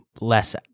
less